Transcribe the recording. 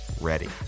ready